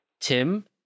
Tim